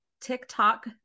tiktok